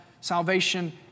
salvation